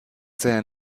seinen